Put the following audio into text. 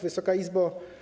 Wysoka Izbo!